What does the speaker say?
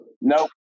No